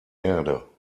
erde